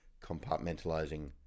compartmentalizing